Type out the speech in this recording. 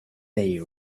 they